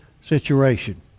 situation